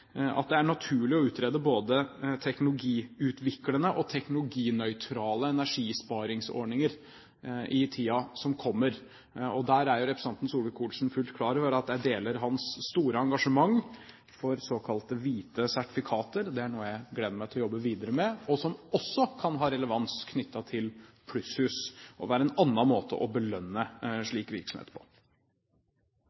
at det er naturlig å utrede både teknologiutviklende og teknologinøytrale energisparingsordninger i tiden som kommer. Der er representanten Solvik-Olsen fullstendig klar over at jeg deler hans store engasjement for såkalte hvite sertifikater. Det er noe jeg gleder meg til å jobbe videre med, som også kan ha relevans til plusshus. Det er en annen måte å belønne